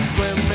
Swim